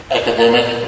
academic